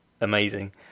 amazing